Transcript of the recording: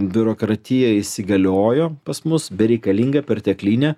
biurokratija įsigaliojo pas mus bereikalinga perteklinė